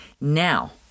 Now